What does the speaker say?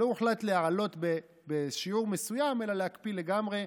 לא הוחלט להעלות בשיעור מסוים אלא להקפיא לגמרי,